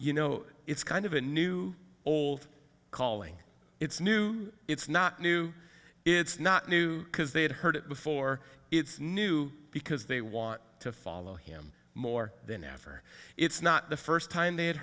you know it's kind of a new old calling it's new it's not new it's not new because they had heard it before it's new because they want to follow him more than ever it's not the first time they had